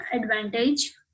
advantage